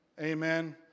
amen